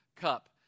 Cup